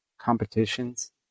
competitions